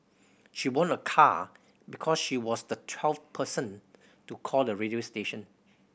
she won a car because she was the twelfth person to call the radio station